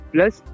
Plus